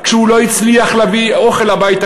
כשהוא לא הצליח להביא אוכל הביתה,